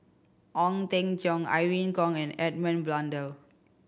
Ong Teng Cheong Irene Khong and Edmund Blundell